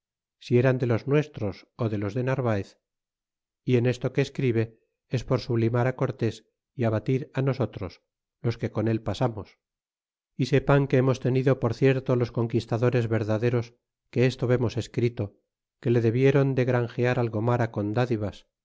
si eran de los nuestros ó de los de narvaez y en esta que escribe es por sublimar cortés y abatir á nosotros los que con él pasamos y sepan que hemos tenido por cierto los conquistadores verdaderos que esto vemos escrito que le debieron de grangear al cromara con dádivas